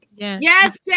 Yes